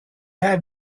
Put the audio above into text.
have